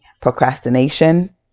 Procrastination